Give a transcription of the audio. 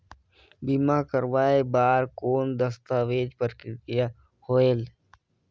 बीमा करवाय बार कौन दस्तावेज प्रक्रिया होएल?